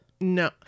No